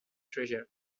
treasure